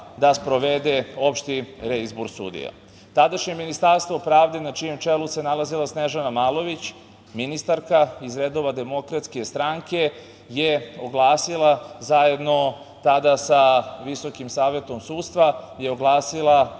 da sprovede opšti reizbor sudija. Tadašnje Ministarstvo pravde na čijem čelu se nalazila Snežana Malović, ministarka iz redova DS, je oglasilo zajedno sa Visokim savetom sudstva oglas za